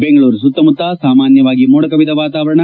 ಬೆಂಗಳೂರು ಸುತ್ತಮುತ್ತ ಸಾಮಾನ್ಯವಾಗಿ ಮೋಡ ಕವಿದ ವಾತಾವರಣ